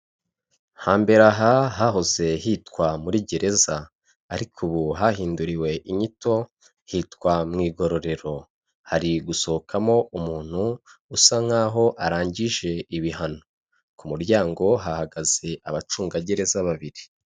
Hambere aha hahoze hitwa muri gereza, ariko ubu hahinduriwe inyito hitwa mu igororero, hari gusohokamo umuntu usa nkaho arangije ibihano, ku muryango hahagaze abacungagereza babiri.